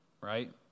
right